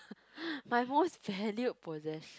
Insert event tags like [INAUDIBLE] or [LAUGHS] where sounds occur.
[LAUGHS] my most valued possess~